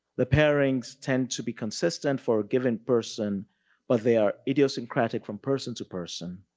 the pairings tend to be consistent for a given person but they are idiosyncratic from person to person.